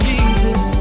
Jesus